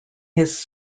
his